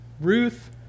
Ruth